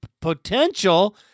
potential